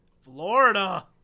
Florida